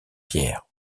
pierre